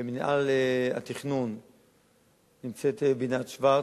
וראש מינהל התכנון בינת שוורץ,